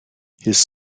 his